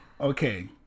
okay